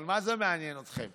אבל מה זה מעניין אתכם?